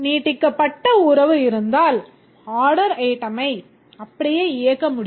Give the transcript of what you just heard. நீட்டிக்கப்பட்ட உறவு இருந்தால் ஆர்டர் item ஐ அப்படியே இயக்க முடியும்